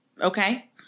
Okay